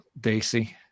Daisy